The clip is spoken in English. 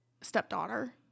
stepdaughter